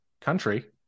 country